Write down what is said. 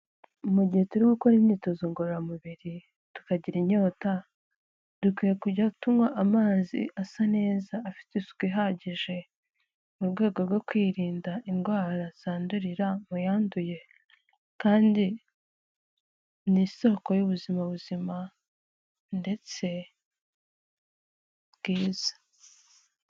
Mu gihe turi gukora imyitozo ngororamubiri tukagira inyota, dukwiye kujya tunywa amazi asa neza afite isuku ihagije, mu rwego rwo kwirinda indwara zandurira mu yanduye, kandi ni isoko y'ubuzima buzima ndetse bwiza.